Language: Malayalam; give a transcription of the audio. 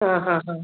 ആ ആ ആ